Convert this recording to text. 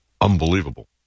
Unbelievable